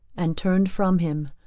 and turned from him,